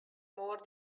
more